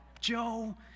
Joe